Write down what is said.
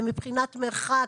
ומבחינת מרחק,